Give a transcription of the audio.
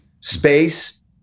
space